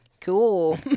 Cool